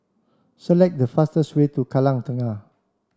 select the fastest way to Kallang Kengah